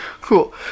Cool